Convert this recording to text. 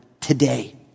today